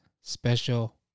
special